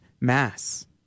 Mass